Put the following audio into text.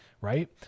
right